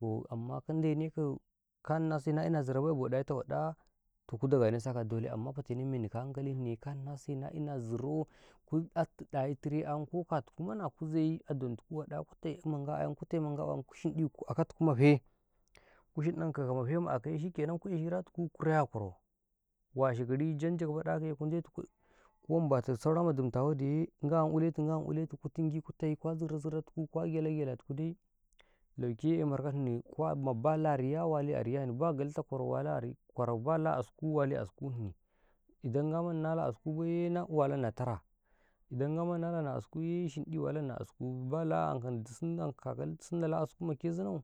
Toh amma ka de nau kau, ka ina sai na ina zirau bay a be ɗayi ma waɗa, toh ku da bay nesa a bele, amman mini ka hanka lisi na ina zirau, ku atti ɗayi terai a yan ku, ka tuku waɗa a, ku to maga yan, ku tai ma ga yan, ku shinɗi aka ta ku mafe, ku shinɗan kau ka mafe ma a ka yee, shikenan ku yee shira tuku, kura ya, a kwarau, kasha gari jan, jaga baɗa ta kau, ku de tu ku, bala saura manda wati yee, ga'an u'letu- ga'anu letu, ku tungu ko tafi, ko zirau-ziratu kuu, kwa gyala-gyala tun ku daii, lauke eh markani, kula ma la bariya wali a riyani, ba galtu kwarau, ba wala kwarau, bala asku wali askun nun, idan maga nala asku yee bayee, walun ni a tara, idan ga nalan asku yee, wali asku, idan, balaa, du sun kau, sun dal asku ma kezinau,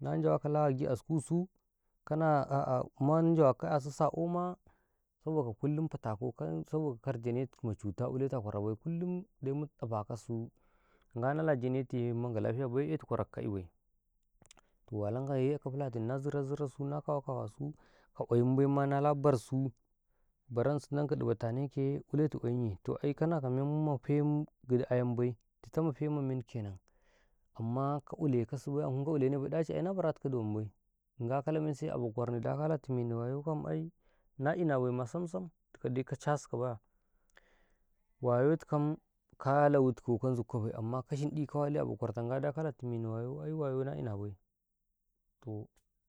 nan Jawan ka la asku su, kana a'ah man jawa, ka a su sa komaa, saboda kullum fa ta kau, kar da ne tu macuta uletu a kwara bay kullum mu ɗafa kasu ga nala jene tu yee, man ka lafiya bay ehtu kwarau ka kai bay toh wale kaye ka fulatun na zira-zira su, nakowa-kowa sau, ka gwa yin bay ma la na bar su, baransu du ka ɗu bata ne kai kulee tgwayin ii, toh, ai kana ka men mafaa, gidi a yen bay, dutau mafe ma man kenan, amman ka ule kassu bay yee, tomaikana daci na bara tukau kuti wam bay, ga ka la men se abo kwarni dakala timeni wayo kam, ai na 'i na wom bai ma ai sam-sam, du ka dai ka ca si ka ya, wayou tuka ka kalawutikau ka zug ka bai, amma ka shinɗi ka wali kau a bokwar tan ga daa kala tu me ni wayaa, ai wayo na kabay toh.